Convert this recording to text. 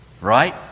Right